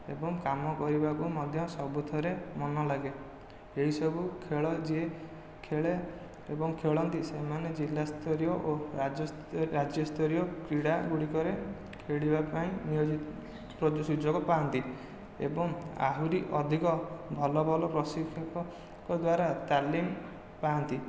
ଏବଂ କାମ କରିବାକୁ ମଧ୍ୟ ସବୁଥିରେ ମନ ଲାଗେ ଏହିସବୁ ଖେଳ ଯେ ଖେଳେ ଏବଂ ଖେଳନ୍ତି ସେମାନେ ଜିଲ୍ଲାସ୍ତରୀୟ ଓ ରାଜ୍ୟସ୍ତରୀୟ କ୍ରୀଡ଼ା ଗୁଡ଼ିକରେ ଖେଳିବା ପାଇଁ ନିୟୋଜିତ ସୁଯୋଗ ପାଆନ୍ତି ଏବଂ ଆହୁରି ଅଧିକ ଭଲ ଭଲ ପ୍ରଶିକ୍ଷକଙ୍କ ଦ୍ୱାରା ତାଲିମ ପାଆନ୍ତି